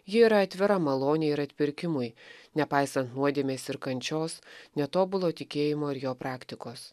ji yra atvira malonei ir atpirkimui nepaisant nuodėmės ir kančios netobulo tikėjimo ir jo praktikos